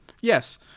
Yes